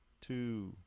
two